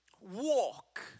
walk